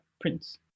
prints